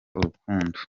urukundo